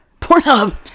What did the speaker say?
Pornhub